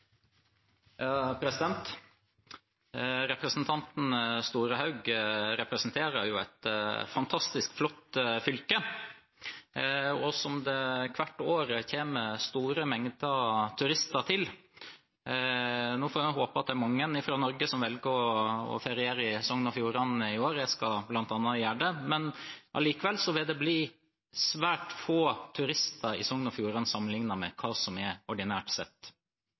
Representanten Storehaug representerer et fantastisk flott fylke som det hvert år kommer store mengder turister til. Nå får en håpe at det er mange fra Norge som velger å feriere i Sogn og Fjordane i år, jeg skal bl.a. gjøre det. Allikevel vil det bli svært få turister i Sogn og Fjordane sammenlignet med hva det er ordinært sett.